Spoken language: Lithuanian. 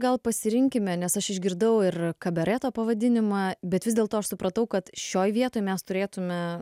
gal pasirinkime nes aš išgirdau ir kabareto pavadinimą bet vis dėlto aš supratau kad šioj vietoj mes turėtume